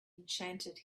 enchanted